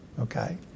okay